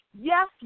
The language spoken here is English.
Yes